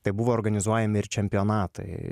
tai buvo organizuojami ir čempionatai